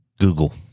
Google